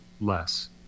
less